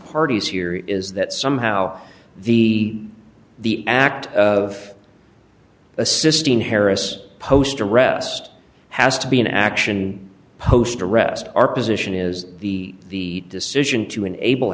parties here is that somehow the the act of assisting harris post arrest has to be an action post arrest our position is the decision to enable